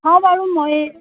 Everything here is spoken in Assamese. অঁ বাৰু ময়ে